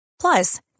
Plus